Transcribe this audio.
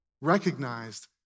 recognized